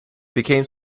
become